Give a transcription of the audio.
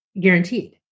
guaranteed